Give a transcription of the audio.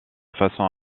façon